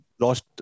lost